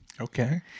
Okay